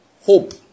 hope